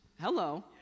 hello